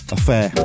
Affair